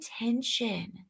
attention